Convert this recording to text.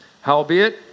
Howbeit